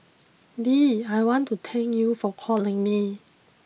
Dee I want to thank you for calling me